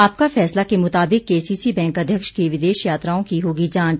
आपका फैसला के मुताबिक केसीसी बैंक अध्यक्ष की विदेश यात्राओं की होगी जांच